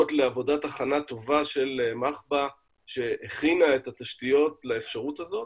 הודות לעבודת הכנה טובה של מחב"א שהכינה את התשתיות לאפשרות הזאת